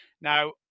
Now